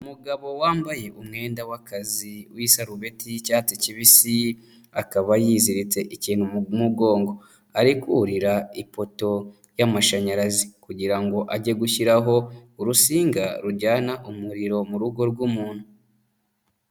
Umugabo wambaye umwenda w'akazi w'isarubeti y'icyatsi kibisi, akaba yiziritse ikintu mu mugongo ari kurira ipoto y'amashanyarazi kugira ngo age gushyiraho urusinga rujyana umuriro mu rugo rw'umuntu.